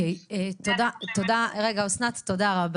תודה רבה אסנת,